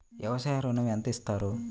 వ్యవసాయ ఋణం ఎంత ఇస్తారు?